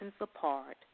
apart